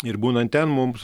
ir būnant ten mums